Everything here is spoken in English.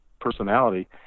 personality